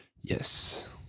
Yes